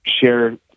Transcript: share